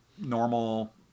normal